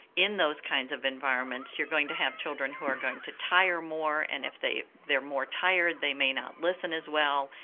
in those kinds of environments you're going to have children who are going to tire more and if they're more tired they may not listen as well,